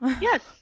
Yes